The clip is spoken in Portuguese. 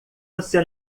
você